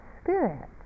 spirit